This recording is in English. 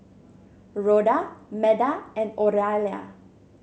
Rhoda Meda and Oralia